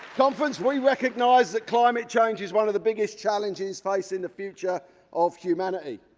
conference, we recognise that climate change is one of the biggest challenges facing the future of humanity.